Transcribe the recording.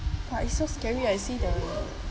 but it's so scary I see the